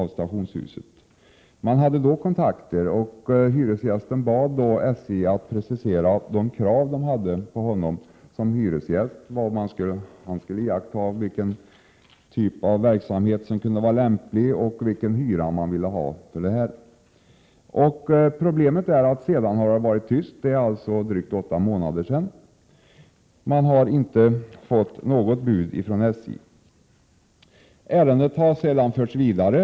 Vid kontakter bad hyresgästen SJ att precisera de krav som ställdes på honom som hyresgäst; vad han skulle iaktta, vilken typ av verksamhet som kunde vara lämplig och hur hög hyra SJ ville ha. Problemet är att det sedan har varit tyst, i drygt åtta månader. SJ har inte gett något bud. Ärendet har sedan förts vidare.